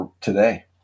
today